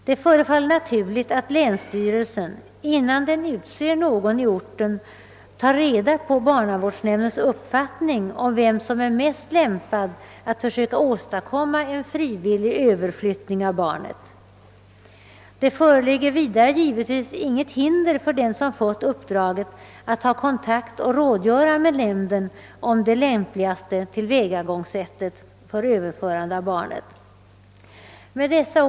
Det förefaller naturligt att länsstyrelsen innan den utser någon i orten tar reda på barnavårdsnämndens uppfattning om vem som är mest lämpad för uppgiften att försöka åstadkomma en frivillig överflyttning av barnet. Vidare föreligger det givetvis inget hinder för den som fått uppdraget att ta kontakt och rådgöra med nämnden om det lämpligaste tillvägagångssättet för överflyttning av barnet. Herr talman!